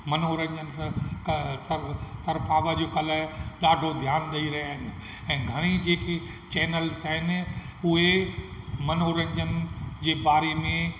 मनोरंजन सां क कर करफ़ाव जू कल ॾाढो ध्यानु ॾेई रहिया आहिनि ऐं घणई जेके चेनलस आहिनि उहे मनोरंजन जे बारे में